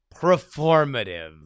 performative